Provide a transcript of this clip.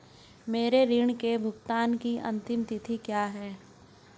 मेरे ऋण के भुगतान की अंतिम तिथि क्या है?